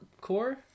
core